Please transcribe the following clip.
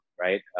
right